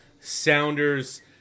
Sounders